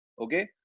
Okay